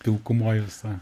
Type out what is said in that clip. pilkumoj esą